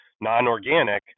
non-organic